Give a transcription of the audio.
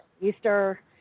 Easter